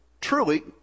truly